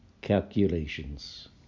calculations